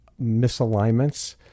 misalignments